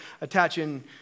attaching